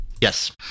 Yes